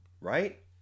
right